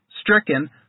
stricken